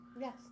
Yes